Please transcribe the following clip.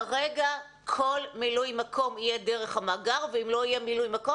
כרגע כל מילוי מקום יהיה דרך המאגר ואם לא יהיה מילוי מקום,